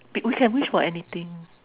may we can wish for anything